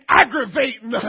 aggravating